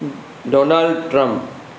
donald trump